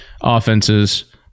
offenses